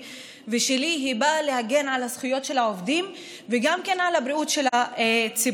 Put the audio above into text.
ושלי באה להגן על הזכויות של העובדים וגם כן על הבריאות של ציבור.